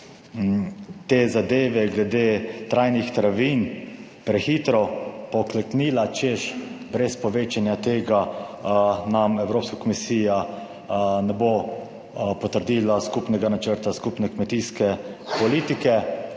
te zadeve glede trajnih travinj prehitro pokleknila, češ brez povečanja tega nam Evropska komisija ne bo potrdila skupnega načrta skupne kmetijske politike.